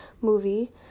movie